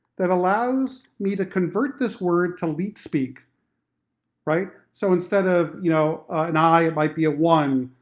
that allows me to convert this word to leet-speak right? so instead of, you know, an i it might be a one,